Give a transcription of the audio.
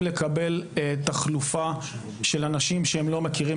לקבל תחלופה של אנשים שהם לא מכירים,